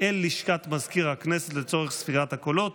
אל לשכת מזכיר הכנסת לצורך ספירת הקולות.